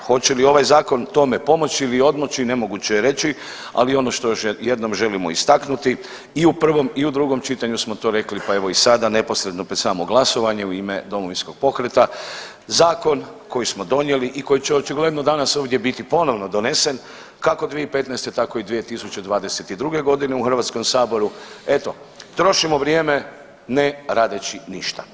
Hoće li ovaj zakon tome pomoći ili odmoći nemoguće je reći, ali ono što još jednom želimo istaknuti i u prvom i u drugom čitanju smo to rekli, pa evo i sada neposredno pred samo glasovanje u ime Domovinskog pokreta, zakon koji smo donijeli i koji će očigledno danas ovdje biti ponovno donesen kako 2015. tako i 2022.g. u HS-u eto trošimo vrijeme ne radeći ništa.